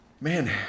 Man